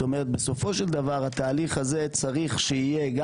בסופו של דבר התהליך הזה צריך שיהיה גם